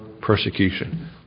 persecution